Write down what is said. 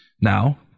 Now